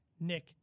Nick